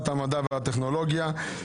הצעת חוק לתיקון פקודת האגודות השיתופיות (מספר בתי אב ביישוב קהילתי),